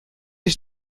ich